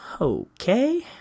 Okay